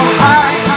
high